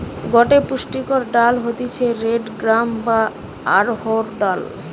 গটে পুষ্টিকর ডাল হতিছে রেড গ্রাম বা অড়হর ডাল